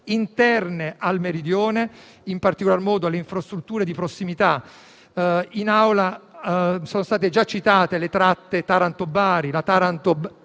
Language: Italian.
interne al Meridione, con particolare riferimento alle infrastrutture di prossimità (in Aula sono state già citate le tratte Taranto-Bari